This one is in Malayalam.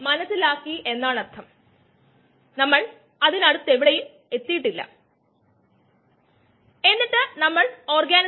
മദ്യനിർമ്മാണ വ്യവസായത്തിൽ അമിലേസുകളും ഗ്ലൂക്കനേസുകളും പ്രോട്ടീസുകളും ഉപയോഗിക്കുന്നു